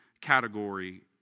category